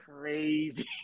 crazy